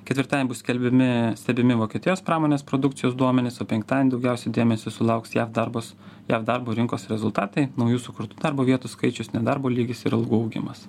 ketvirtadienį bus skelbiami stebimi vokietijos pramonės produkcijos duomenys o penktadienį daugiausiai dėmesio sulauks jav darbus jav darbo rinkos rezultatai naujų sukurtų darbo vietų skaičius nedarbo lygis ir algų augimas